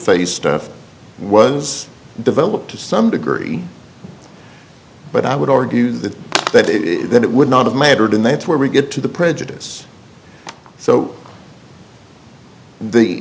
phase stuff was developed to some degree but i would argue that that is that it would not have mattered and that's where we get to the prejudice so the